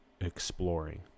exploring